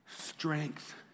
strength